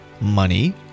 money